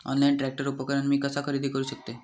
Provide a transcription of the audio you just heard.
Online tractor उपकरण मी कसा खरेदी करू शकतय?